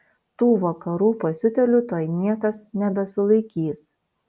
tų vakarų pasiutėlių tuoj niekas nebesulaikys